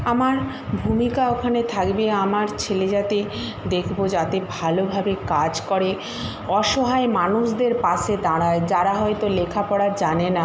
আমার ভূমিকা ওখানে থাকবে আমার ছেলে যাতে দেখবো যাতে ভালোভাবে কাজ করে অসহায় মানুষদের পাশে দাঁড়ায় যারা হয়তো লেখাপড়া জানেনা